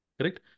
correct